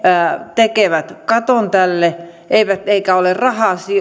tekevät katon tälle eikä ole rahaa